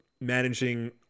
managing